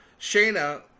Shayna